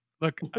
Look